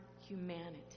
humanity